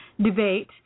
debate